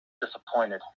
disappointed